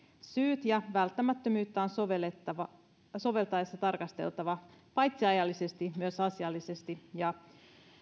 syyt ja välttämättömyyttä on sovellettaessa tarkasteltava paitsi ajallisesti myös asiallisesti ja